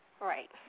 Right